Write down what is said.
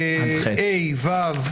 ו,